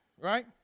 right